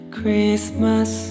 Christmas